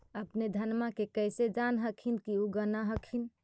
अपने धनमा के कैसे जान हखिन की उगा न हखिन?